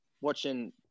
watching